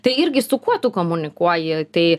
tai irgi su kuo tu komunikuoji tai